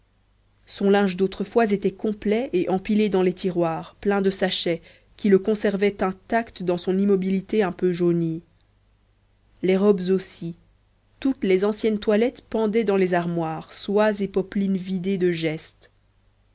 son linge d'autrefois était complet et empilé dans les tiroirs pleins de sachets qui le conservaient intact dans son immobilité un peu jaunie les robes aussi toutes les anciennes toilettes pendaient dans les armoires soies et popelines vidées de gestes